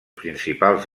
principals